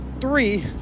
three